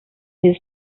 his